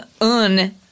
un